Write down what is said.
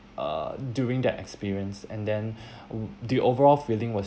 uh during that experience and then the overall feeling was